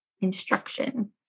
instruction